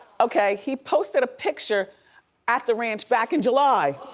okay he posted a picture at the ranch back in july.